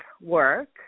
work